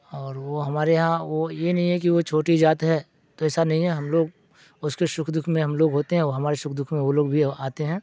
اور وہ ہمارے یہاں وہ یہ نہیں ہے کہ وہ چھوٹی ذات ہے تو ایسا نہیں ہے ہم لوگ اس کے سکھ دکھ میں ہم لوگ ہوتے ہیں وہ ہمارے سکھ دکھ میں وہ لوگ بھی آتے ہیں